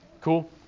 Cool